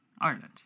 Ireland